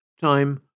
Time